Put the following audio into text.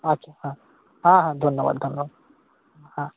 আচ্ছা হ্যাঁ হ্যাঁ হ্যাঁ ধন্যবাদ ধন্যবাদ হ্যাঁ